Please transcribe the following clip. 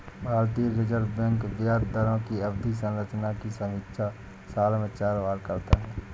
भारतीय reserve bank ब्याज दरों की अवधि संरचना की समीक्षा साल में चार बार करता है